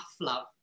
love